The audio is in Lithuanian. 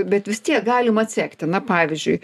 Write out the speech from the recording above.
bet vis tiek galim atsekti na pavyzdžiui